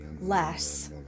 less